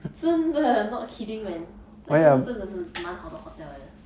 真的 not kidding man 那个是真的是满好的 hotel 来的